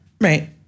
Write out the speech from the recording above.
Right